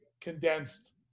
condensed –